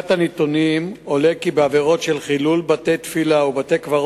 חקירתו בוצעה עקב תלונת אשה באוטובוס שעמה התווכח.